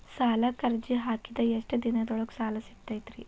ಸಾಲಕ್ಕ ಅರ್ಜಿ ಹಾಕಿದ್ ಎಷ್ಟ ದಿನದೊಳಗ ಸಾಲ ಸಿಗತೈತ್ರಿ?